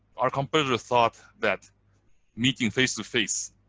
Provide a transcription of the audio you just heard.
our competitor thought that meeting face to face